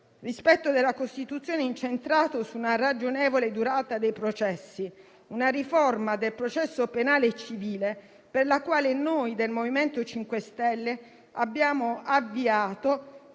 rispetto della Costituzione, incentrato su una ragionevole durata dei processi; si tratta di una riforma del processo penale e civile che noi del MoVimento 5 Stelle abbiamo avviato